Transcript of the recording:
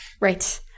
right